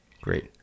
Great